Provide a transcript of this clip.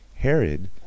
Herod